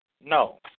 No